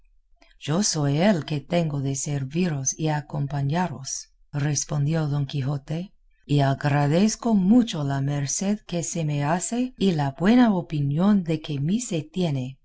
yo soy el que tengo de serviros y acompañaros respondió don quijote y agradezco mucho la merced que se me hace y la buena opinión que de mí se tiene